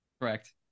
correct